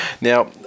Now